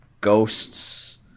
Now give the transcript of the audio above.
ghosts